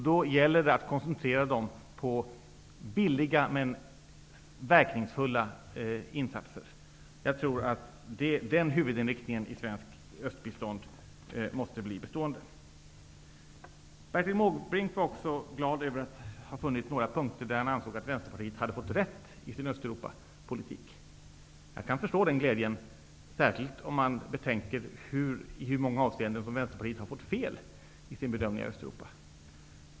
Då gäller det att koncentrera dem på billiga men verkningsfulla insatser. Jag tror att den huvudinriktningen i svenskt östbistånd måste bli bestående. Bertil Måbrink var också glad över att ha funnit några punkter där han ansåg att Vänsterpartiet hade fått rätt i sin Östeuropapolitik. Jag kan förstå den glädjen, särskilt om man betänker i hur många avseenden som Vänsterpartiet har fått fel i sin bedömning av Östeuropa.